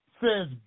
says